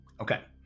Okay